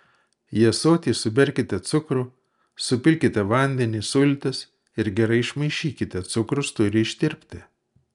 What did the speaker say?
į ąsotį suberkite cukrų supilkite vandenį sultis ir gerai išmaišykite cukrus turi ištirpti